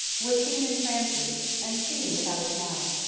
was seen in cranford and seen without a smile.